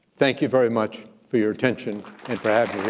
thank you very much for your attention and for